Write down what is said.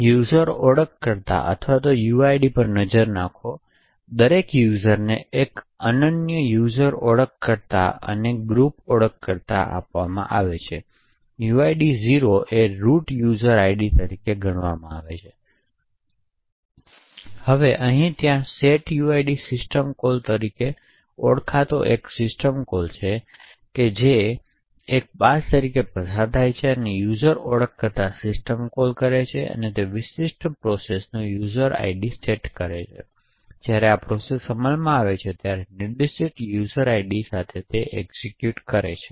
user ઓળખકર્તાઓ અથવા uid પર નજર નાખો દરેક યુઝરને એક અનન્ય યુઝર ઓળખકર્તા અને ગ્રુપ ઓળખકર્તા આપવામાં આવશે uid 0 એ રુટ યુઝર ID તરીકે ગણવામાં આવે છે હવે ત્યાં setuid સિસ્ટમ કોલ તરીકે ઓળખવામાં આવે છે જેને જે એક પાસ તરીકે પસાર થાય છે યુઝર ઓળખકર્તા સિસ્ટમ કોલ કરે છે તે કોઈ વિશિષ્ટ પ્રોસેસનો યુઝર ID સેટ કરવાનો છે તેથી જ્યારે આ પ્રોસેસ અમલમાં આવે ત્યારે તે નિર્દિષ્ટ યુઝર ID સાથે એક્ઝિક્યુટ કરે છે